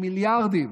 מיליארדים,